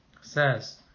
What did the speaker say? says